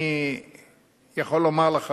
אני יכול לומר לך